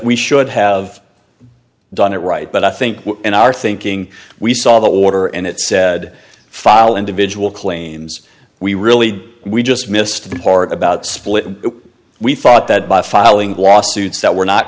we should have done it right but i think in our thinking we saw the water and it said file individual claims we really we just missed the part about splitting we thought that by filing lawsuits that were not